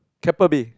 Keppel-Bay